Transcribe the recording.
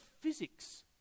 physics